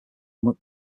form